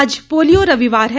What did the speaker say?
आज पोलियो रविवार है